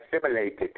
assimilated